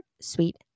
sweet